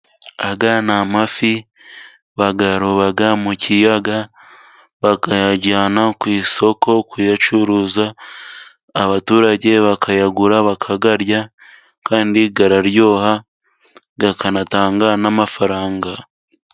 Aya ni amafi. Bayaroba mu kiyaga bakayajyana ku isoko kuyacuruza, abaturage bakayagura bakarya, kandi araryoha akanatanga n'amafaranga.